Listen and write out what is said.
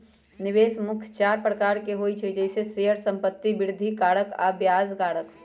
निवेश मुख्य चार प्रकार के होइ छइ जइसे शेयर, संपत्ति, वृद्धि कारक आऽ ब्याज कारक